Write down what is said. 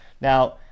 now